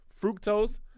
fructose